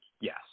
yes